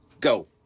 Go